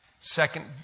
Second